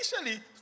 initially